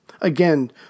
Again